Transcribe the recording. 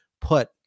put